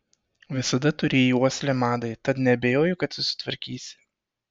visada turėjai uoslę madai tad neabejoju kad susitvarkysi